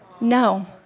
No